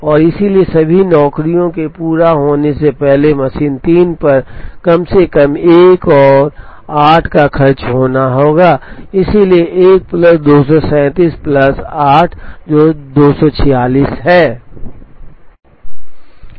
और इसलिए सभी नौकरियों के पूरा होने से पहले मशीन 3 पर कम से कम एक और 8 का खर्च करना होगा इसलिए 1 प्लस 237 प्लस 8 जो 246 है